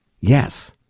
Yes